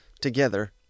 together